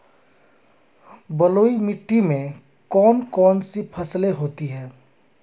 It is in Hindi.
बलुई मिट्टी में कौन कौन सी फसलें होती हैं?